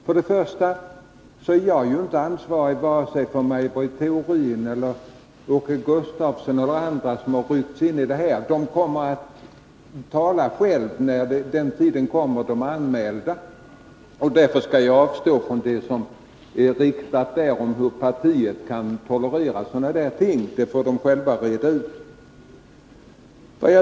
Först vill jag säga att jag inte är ansvarig för vare sig Maj Britt Theorin eller Åke Gustavsson eller andra som han nämner. De kommer att tala själva när den tiden kommer — de är anmälda på talarlistan. Därför skall jag avstå från att kommentera vad som sades om hur partiet kan tolerera deras åsikter. Det får de själva reda ut.